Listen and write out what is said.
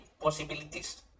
possibilities